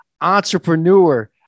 entrepreneur